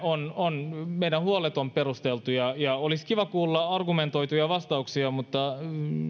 on meidän huolemme perusteltu ja ja olisi kiva kuulla argumentoituja vastauksia mutta